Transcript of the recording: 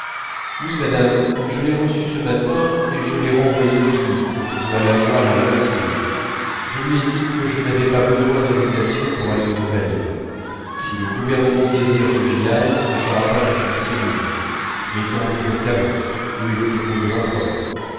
oui madame je l'ai reçue ce matin et je l'ai renvoyée au ministre qui doit l'avoir à l'heure qu'il est je lui ai dit que je n'avais pas besoin d'invitation pour aller aux invalides si le gouvernement désire que j'y aille ce ne sera pas dans une tribune mais dans notre caveau où est le tombeau de l'empereur